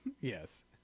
yes